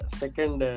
second